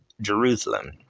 Jerusalem